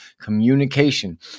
communication